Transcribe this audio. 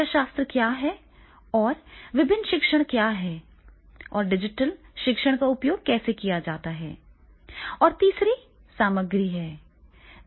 शिक्षाशास्त्र क्या है और विभिन्न शिक्षण क्या हैं और डिजिटल शिक्षण का उपयोग कैसे किया जाता है और तीसरी सामग्री है